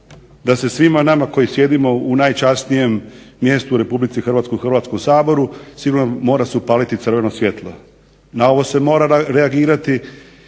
da se svima nama koji sjedimo u najčasnijem mjestu u Republici Hrvatskoj, u Hrvatskom saboru sigurno mora se upaliti crveno svjetlo. Na ovo se mora reagirati